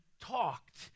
talked